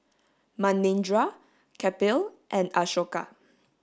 Manindra Kapil and Ashoka